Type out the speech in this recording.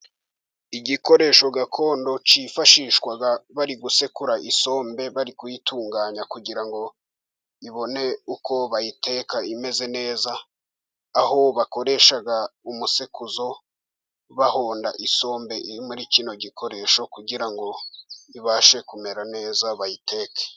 Igikoresho gakondo cyifashishwaga bari gusekura isombe bari kuyitunganya, kugira ngo ibone uko bayiteka imeze neza, aho bakoreshaga umusekuzo bahonda isombe iri muri kino gikoresho, kugira ngo ibashe kumera neza bayiteke.